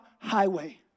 highway